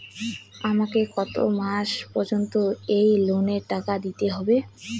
আমাকে কত মাস পর্যন্ত এই লোনের টাকা দিতে হবে?